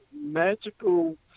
magical